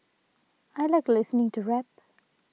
I like listening to rap